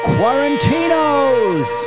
Quarantinos